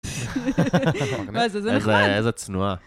מה זה זה נכון? איזה צנועה